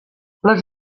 les